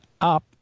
up